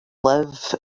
live